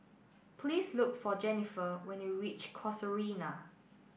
please look for Jenifer when you reach Casuarina